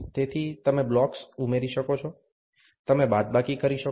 તેથી તમે બ્લોક્સ ઉમેરી શકો છો તમે બાદબાકી કરી શકો છો